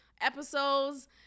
episodes –